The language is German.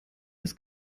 als